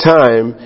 time